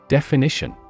Definition